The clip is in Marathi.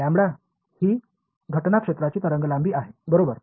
λ ही घटना क्षेत्राची तरंगलांबी आहे बरोबर